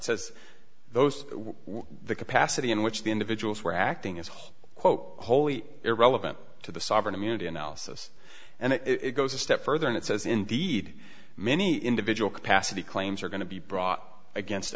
says those where the capacity in which the individuals were acting is her quote wholly irrelevant to the sovereign immunity analysis and it goes a step further and it says indeed many individual capacity claims are going to be brought against